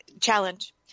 challenge